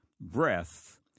breath